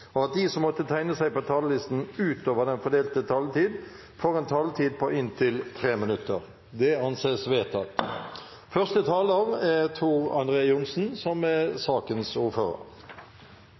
og at de som måtte tegne seg på talerlisten utover den fordelte taletid, får en taletid på inntil 3 minutter. – Det anses vedtatt.